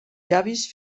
llavis